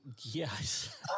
Yes